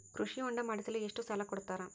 ಕೃಷಿ ಹೊಂಡ ಮಾಡಿಸಲು ಎಷ್ಟು ಸಾಲ ಕೊಡ್ತಾರೆ?